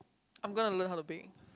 I'm gonna learn how to bake